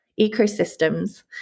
ecosystems